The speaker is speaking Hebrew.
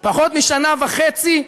פחות משנה וחצי,